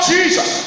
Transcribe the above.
Jesus